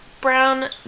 brown